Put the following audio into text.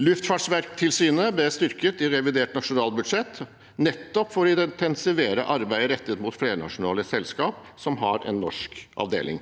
Luftfartstilsynet ble styrket i revidert nasjonalbudsjett, nettopp for å intensivere arbeidet rettet mot flernasjonale selskap som har en norsk avdeling.